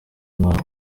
umwana